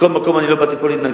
מכל מקום, אני לא באתי לפה להתנגח.